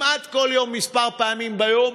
כמעט כל יום, כמה פעמים ביום.